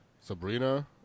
Sabrina